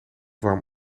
warm